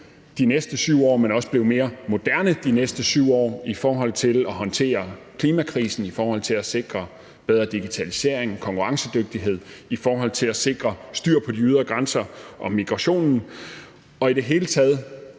de næste 7 år, men også blev mere moderne de næste 7 år i forhold til at håndtere klimakrisen, i forhold til at sikre bedre digitalisering og konkurrencedygtighed og i forhold til at sikre, at der er styr på de ydre grænser og migrationen. I det hele taget